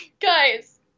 guys